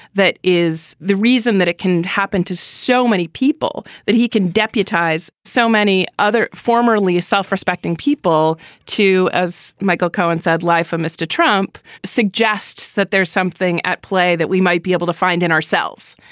that is the reason that it can happen to so many people that he can deputize so many other formerly a self-respecting people to. as michael cohen said, life of mr. trump suggests that there's something at play that we might be able to find in ourselves.